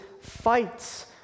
fights